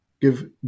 Give